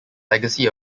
legacy